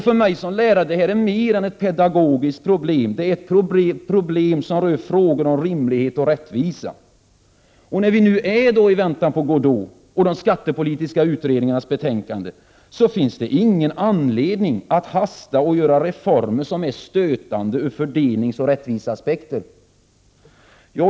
För mig som lärare är detta mer än ett pedagogiskt problem. Det är ett problem som rör frågor om rimlighet och rättvisa. När vi nu är i väntan på Godot och de skattepolitiska utredningarnas betänkanden, så finns det ingen anledning att hasta och göra reformer som är stötande ur fördelningsoch rättviseaspekter.